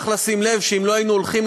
צריך לשים לב שאם לא היינו הולכים